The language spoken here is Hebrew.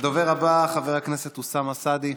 הדובר הבא, חבר הכנסת אוסאמה סעדי.